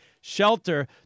shelter